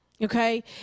Okay